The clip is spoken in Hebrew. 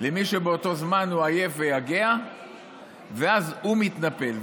למי שבאותו זמן הוא עייף ויגע ואז הוא מתנפל.